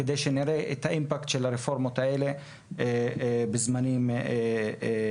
כדי שנראה את האימפקט של הרפורמות האלה בזמנים קצרים.